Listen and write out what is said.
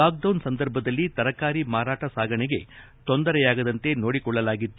lock down ಸಂದರ್ಭದಲ್ಲಿ ತರಕಾರಿ ಮಾರಾಟ ಸಾಗಣೆಗೆ ತೊಂದರೆಯಾಗದಂತೆ ನೋಡಿಕೊಳ್ಳಲಾಗಿತ್ತು